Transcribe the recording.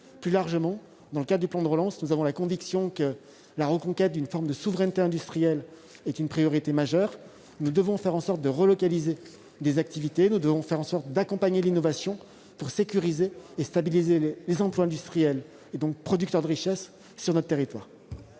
Plus largement, dans le cadre du plan de relance, nous avons la conviction que la reconquête d'une forme de souveraineté industrielle est une priorité majeure. Nous devons faire en sorte de relocaliser des activités et d'accompagner l'innovation, pour sécuriser et stabiliser les emplois industriels, qui sont producteurs de richesse sur notre territoire.